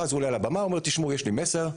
הוא עלה לבמה ואמר: תשמעו, יש לי מסר.